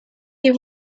die